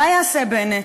מה יעשה בנט?